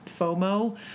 FOMO